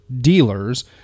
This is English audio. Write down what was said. dealers